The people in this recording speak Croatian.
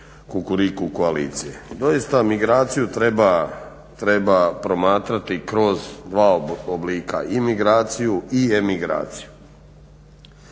Kukuriku koalicije. Doista migraciju treba promatrati kroz dva oblika, imigraciju i emigraciju.